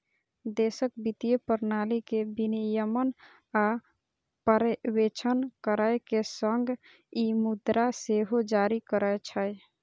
देशक वित्तीय प्रणाली के विनियमन आ पर्यवेक्षण करै के संग ई मुद्रा सेहो जारी करै छै